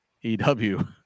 EW